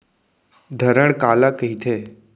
धरण काला कहिथे?